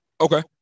Okay